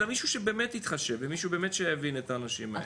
אלא מישהו שבאמת יתחשב ומישהו שבאמת יבין את האנשים האלה.